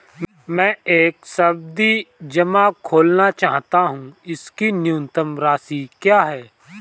मैं एक सावधि जमा खोलना चाहता हूं इसकी न्यूनतम राशि क्या है?